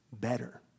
better